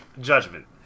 Judgment